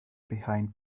behind